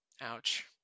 Ouch